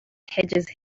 hedges